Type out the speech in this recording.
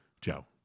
Joe